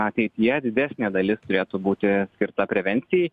ateityje didesnė dalis turėtų būti skirta prevencijai